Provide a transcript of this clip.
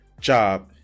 job